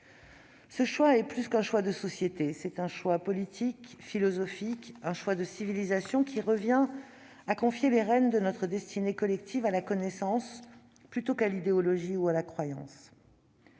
Ce choix est plus qu'un choix de société : c'est un choix politique, philosophique et de civilisation, qui revient à confier les rênes de notre destinée collective à la connaissance, plutôt qu'à l'idéologie ou à la croyance.